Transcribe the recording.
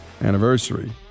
anniversary